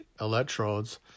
electrodes